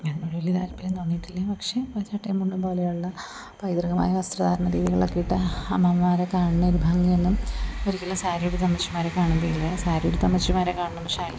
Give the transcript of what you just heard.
ഞാൻ വലിയ താല്പര്യം തോന്നിയിട്ടില്ല പക്ഷേ ഒരു ചട്ടയും മണ്ടും പോലെയുള്ള പൈതൃകമായ വസ്ത്രധാരണ രീതികൾ ഒക്കെ ഇട്ട് അമ്മമാരെ കാണുന്നത് ഒരു ഭംഗി ഒന്നും ഒരിക്കലും സാരി ഉടുത്ത് അമ്മച്ചിമാരെ കാണുമ്പോൾ ഇല്ല സാരി ഉടുത്ത അമ്മച്ചിമാരെ കാണണം